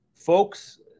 Folks